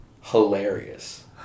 hilarious